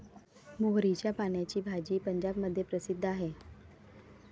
मोहरीच्या पानाची भाजी पंजाबमध्ये प्रसिद्ध आहे